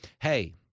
Hey